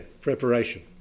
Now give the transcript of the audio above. preparation